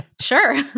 sure